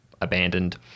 abandoned